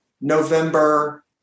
November